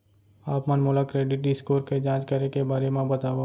आप मन मोला क्रेडिट स्कोर के जाँच करे के बारे म बतावव?